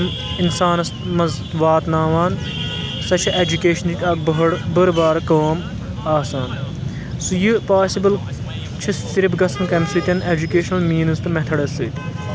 یِم اِنسانَس منٛز واتناوان سۄ چھِ ایجوکیشنٕکۍ اَکھ بٔہڑ بٔڑبار کٲم آسان سُہ یہِ پاسِبٕل چھِ صرف گژھُن کمہِ سۭتۍ ایٚجُکیشنَل میٖنز تہٕ میتھڈَس سۭتۍ